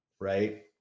right